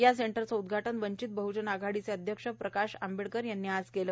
या सेंटरचे उदघाटन वंचित बहजन आघाडीचे अध्यक्ष प्रकाश आंबेडकर यांनी आज केले